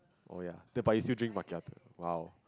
oh ya the but you still drink macchiato !wow!